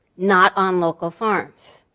not on local farms.